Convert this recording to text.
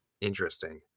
Interesting